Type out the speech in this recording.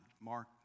Mark